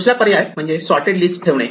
दुसरा पर्याय म्हणजे सॉर्टेड लिस्ट ठेवणे